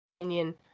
opinion